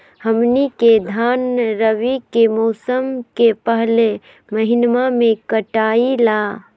हमनी के धान रवि के मौसम के पहले महिनवा में कटाई ला